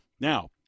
Now